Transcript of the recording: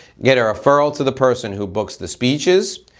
get a referral to the person who books the speeches,